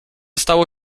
stało